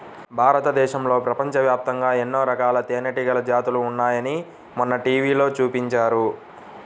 భారతదేశంలో, ప్రపంచవ్యాప్తంగా ఎన్నో రకాల తేనెటీగల జాతులు ఉన్నాయని మొన్న టీవీలో చూపించారు